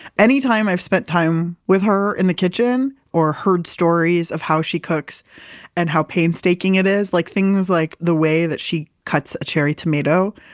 anytime i've spent time with her in the kitchen or heard stories of how she cooks and how painstaking it is, like things like the way that she cuts a cherry tomato.